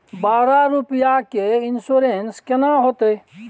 बारह रुपिया के इन्सुरेंस केना होतै?